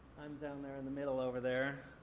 i'm down there in the middle over there.